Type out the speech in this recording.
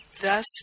Thus